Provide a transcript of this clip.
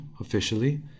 officially